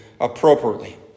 Appropriately